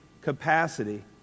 capacity